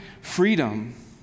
freedom